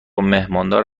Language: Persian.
مهماندار